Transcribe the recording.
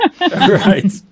Right